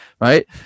right